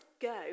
go